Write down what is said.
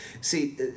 See